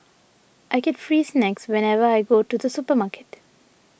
I get free snacks whenever I go to the supermarket